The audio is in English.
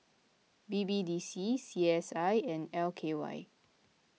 B B D C C S I and L K Y